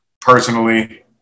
Personally